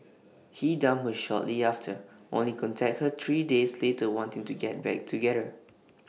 he dumped her shortly after only contact her three days later wanting to get back together